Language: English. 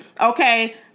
okay